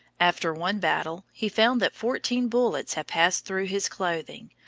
after one battle, he found that fourteen bullets had passed through his clothing,